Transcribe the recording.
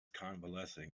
convalescing